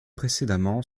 précédemment